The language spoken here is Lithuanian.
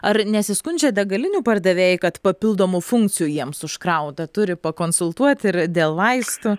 ar nesiskundžia degalinių pardavėjai kad papildomų funkcijų jiems užkrauta turi pakonsultuoti ir dėl vaistų